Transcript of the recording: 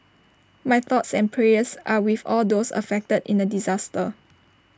my thoughts and prayers are with all those affected in the disaster